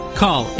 call